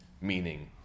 meaning